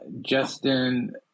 Justin